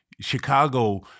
Chicago